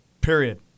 Period